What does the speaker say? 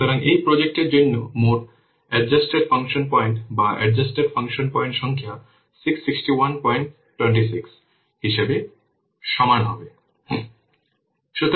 সুতরাং এই প্রজেক্টের জন্য মোট এডজাস্টটেড ফাংশন পয়েন্ট বা এডজাস্টটেড ফাংশন পয়েন্ট সংখ্যা 66126 হিসাবে সমান হবে